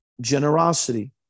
generosity